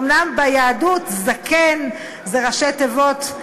אומנם ביהדות זקן זה ראשי תיבות,